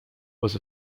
was